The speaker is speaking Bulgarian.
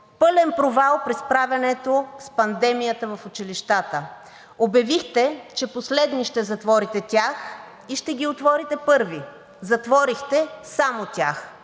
Пълен провал при справянето с пандемията в училищата. Обявихте, че последни ще затворите тях и ще ги отворите първи. Затворихте само тях